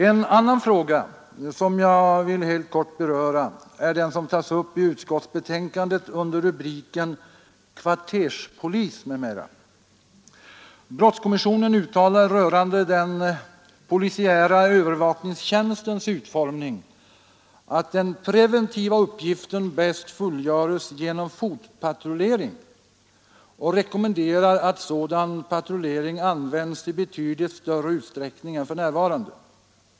En annan fråga som jag vill helt kort beröra är den som tas upp i utskottsbetänkandet under rubriken Kvarterspolisverksamhet m.m. Brottskommissionen uttalade rörande den polisiära övervakningstjänstens utformning att den preventiva uppgiften bäst fullgörs genom fotpatrullering och rekommenderar att sådan patrullering används i betydligt större utsträckning än för närvarande.